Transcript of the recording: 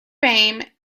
fame